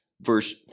verse